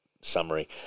summary